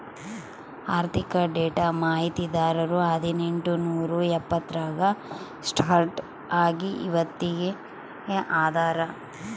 ಆರ್ಥಿಕ ಡೇಟಾ ಮಾಹಿತಿದಾರರು ಹದಿನೆಂಟು ನೂರಾ ಎಪ್ಪತ್ತರಾಗ ಸ್ಟಾರ್ಟ್ ಆಗಿ ಇವತ್ತಗೀ ಅದಾರ